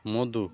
মধু